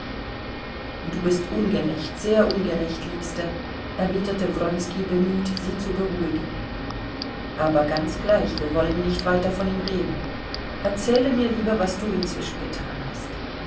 du bist ungerecht sehr ungerecht liebste erwiderte wronski bemüht sie zu beruhigen aber ganz gleich wir wollen nicht weiter von ihm reden erzähle mir lieber was du inzwischen getan hast